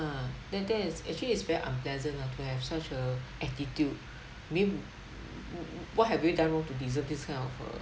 ah then then it's actually it's very unpleasant ah to have such a attitude mean w~ what have you done to deserve this kind of uh